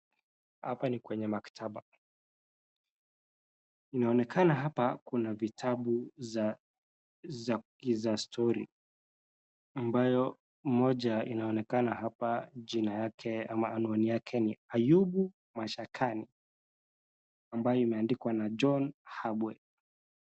Hapa ni kwenye makitaba, inaonekana hapa kuna vitabu za stori ,ambayo moja inaonekana hapa jina yake ama anwani yake ni Ayubu Mashakana ambaye imeandikwa na John Habwe.